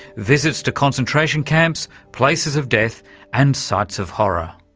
visits to concentration camps, places of death and sites of horror.